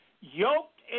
yoked